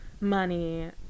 money